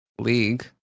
league